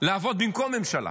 לעבוד במקום ממשלה.